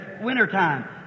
wintertime